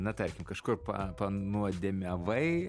na tarkim kažkur pa panuodėmevai